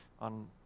on